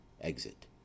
Exit